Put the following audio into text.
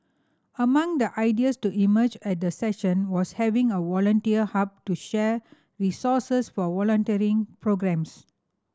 among the ideas to emerge at the session was having a volunteer hub to share resources for volunteering programmes